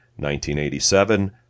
1987